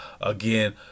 Again